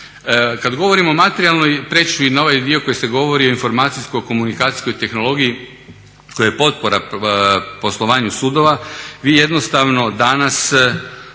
Kad govorim o materijalnoj, prijeći ću i na ovaj dio koji se govori o informacijsko-komunikacijskoj tehnologiji koja je potpora poslovanju sudova. Vi jednostavno danas